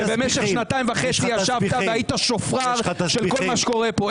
שבמשך שנתיים וחצי ישבת והיית שופר של כל מה שקורה פה.